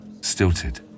stilted